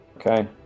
Okay